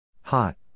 Hot